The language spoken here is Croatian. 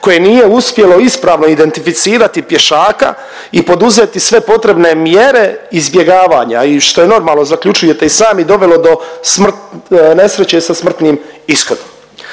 koje nije uspjelo ispravno identificirati pješaka i poduzeti sve potrebne mjere izbjegavanja, i što je normalno, zaključujete i sami, dovelo do nesreće sa smrtnim ishodom.